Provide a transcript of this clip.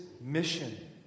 mission